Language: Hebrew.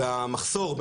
והמחסור,